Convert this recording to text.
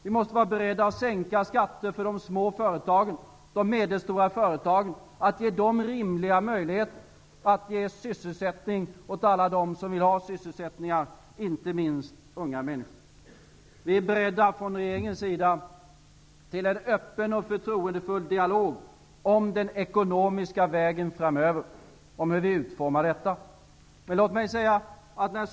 Vi måste vara beredda att sänka skatter för de små och medelstora företagen och ge dem rimliga möjligheter att ge sysselsättning åt alla dem som vill ha sysselsättning, inte minst unga människor. Regeringen är beredd till en öppen och förtroendefull dialog om den ekonomiska vägen framöver och om hur politiken skall utformas.